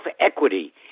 equity